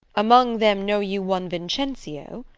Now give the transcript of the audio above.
among them know you one vincentio?